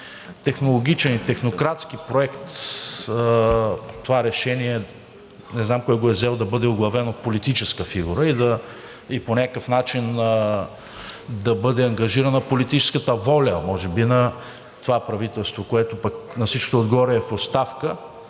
технологичен и технократски проект, това решение не знам кой го е взел, да бъде оглавен от политическа фигура и по някакъв начин да бъде ангажирана политическата воля може би на това правителство, което пък на всичкото отгоре е в оставка,